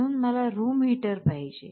म्हणून मला room heater पाहिजे